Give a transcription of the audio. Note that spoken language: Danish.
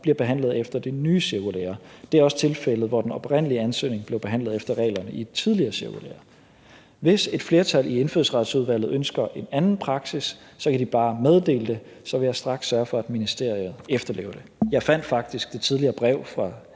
bliver behandlet efter det nye cirkulære. Det er også tilfældet, hvor den oprindelige ansøgning blev behandlet efter reglerne i et tidligere cirkulære. Hvis et flertal i Indfødsretsudvalget ønsker en anden praksis, kan de bare meddele det, så vil jeg straks sørge for, at ministeriet efterlever det. Jeg fandt faktisk det tidligere brev fra